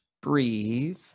breathe